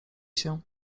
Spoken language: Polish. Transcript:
się